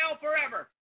forever